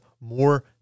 more